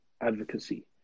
advocacy